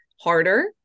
harder